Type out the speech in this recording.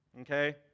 Okay